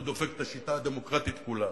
והוא דופק את השיטה הדמוקרטית כולה.